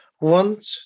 want